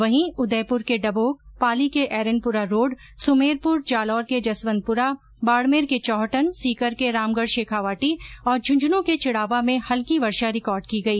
वहीं उदयपुर के डबोक पाली के एरनपुरा रोड सुमेरपुर जालौर के जसवन्तपुरा बाडमेर के चौहटन सीकर के रामगढ शेखावाटी और झन्झन के चिडावा में हल्की वर्षा रिकॉर्ड की गई